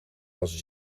was